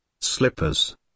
slippers